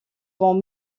vont